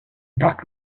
dark